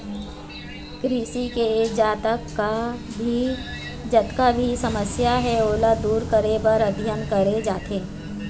कृषि के जतका भी समस्या हे ओला दूर करे बर अध्ययन करे जाथे